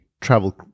travel